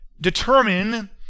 determine